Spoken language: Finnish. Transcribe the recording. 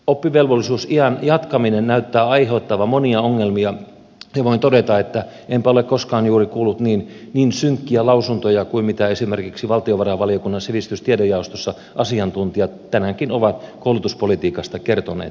oppivelvollisuusiän jatkaminen näyttää aiheuttavan monia ongelmia ja voin todeta että enpä ole koskaan juuri kuullut niin synkkiä lausuntoja kuin esimerkiksi valtiovarainvaliokunnan sivistys ja tiedejaostossa asiantuntijat tänäänkin ovat koulutuspolitiikasta kertoneet